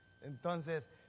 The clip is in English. entonces